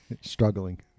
Struggling